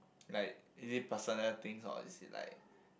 like is it personal things or is it like